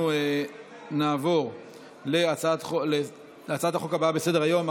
אנחנו נעבור להצעת החוק הבאה בסדר-היום,